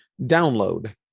download